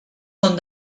són